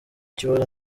kibazo